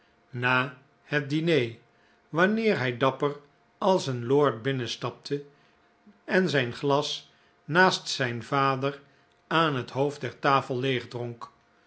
na het diner wanneer hij dapper als een lord binnenstapte en zijn glas naast zijn vader aan het hoofd der tafel